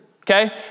Okay